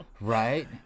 Right